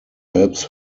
helps